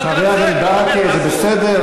חבר הכנסת ברכה, זה בסדר.